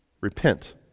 Repent